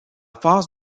phase